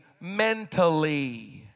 mentally